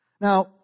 Now